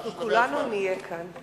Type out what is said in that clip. אנחנו כולנו נהיה כאן,